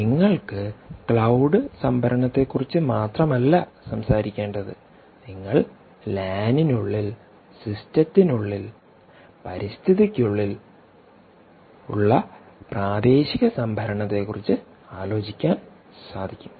നിങ്ങൾക്ക് ക്ലൌഡ് സംഭരണത്തെക്കുറിച്ച് മാത്രമല്ല സംസാരിക്കേണ്ടത് നിങ്ങൾക്ക് ലാൻ നുള്ളിൽ സിസ്റ്റത്തിനുള്ളിൽ പരിസ്ഥിതിക്കുള്ളിൽ ഉള്ള പ്രാദേശിക സംഭരണത്തെക്കുറിച്ച് ആലോചിക്കാൻ സാധിക്കും